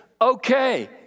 okay